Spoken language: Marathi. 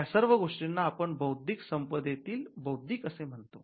या सर्व गोष्टींना आपण बौद्धीक संपदेतील 'बौद्धिक' असे म्हणतो